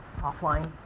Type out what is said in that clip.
Offline